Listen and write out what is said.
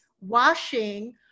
washing